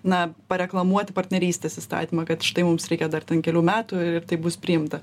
na pareklamuoti partnerystės įstatymą kad štai mums reikia dar ten kelių metų ir tai bus priimta